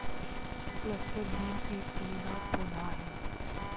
cluster bean एक फलीदार पौधा है